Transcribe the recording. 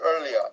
earlier